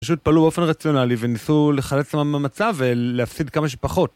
פשוט פעלו באופן רציונלי וניסו לחלץ אותם מהמצב ולהפסיד כמה שפחות.